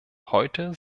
heute